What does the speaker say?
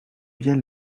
bien